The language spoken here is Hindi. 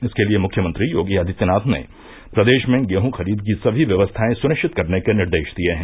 इसके लिये मुख्यमंत्री योगी आदित्यनाथ ने प्रदेश में गेहू खरीद की समी व्यवस्थाएं सुनिश्चित करने के निर्देश दिये है